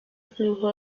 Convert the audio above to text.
flujo